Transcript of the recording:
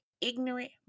ignorant